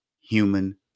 human